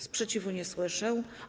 Sprzeciwu nie słyszę.